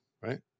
right